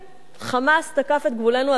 "חמאס" תקף את גבולנו הדרומי.